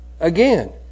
Again